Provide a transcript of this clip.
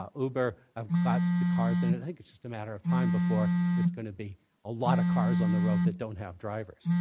ah uber have got the cars, and and i think it's just a matter of time before there's going to be a lot of cars on the road that don't have drivers.